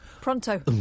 Pronto